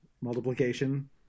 multiplication